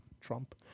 Trump